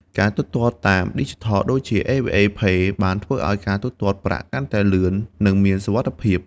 ការទូទាត់តាមឌីជីថលដូចជា ABA Pay បានធ្វើឱ្យការទូទាត់ប្រាក់កាន់តែលឿន និងមានសុវត្ថិភាព។